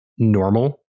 normal